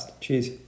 Cheers